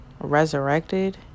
resurrected